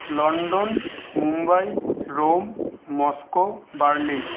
London Mumbai Rome Moscow Berlin